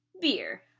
beer